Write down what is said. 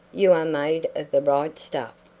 you are made of the right stuff.